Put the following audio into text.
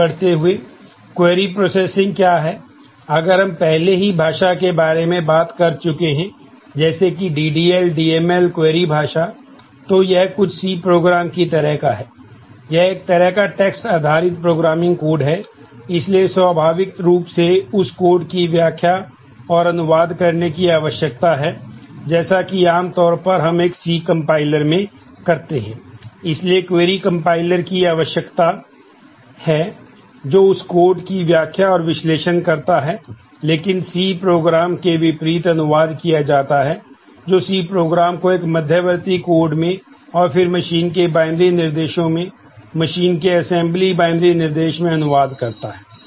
आगे बढ़ते हुए क्वेरी प्रोसेसिंग निर्देश में अनुवाद करता है